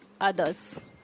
others